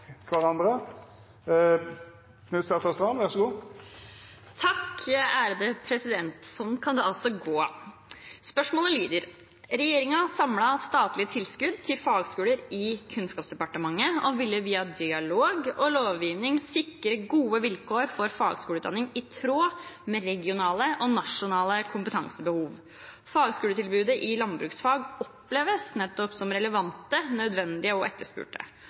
Sånn kan det altså gå! Spørsmålet lyder: «Regjeringen samlet statlige tilskudd til fagskoler i Kunnskapsdepartementet, og ville via dialog og lovgivning sikre gode vilkår for fagskoleutdanning i tråd med regionale og nasjonale kompetansebehov. Fagskoletilbudet i landbruksfag oppleves som relevante, nødvendige og etterspurte.